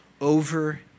over